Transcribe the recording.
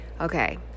Okay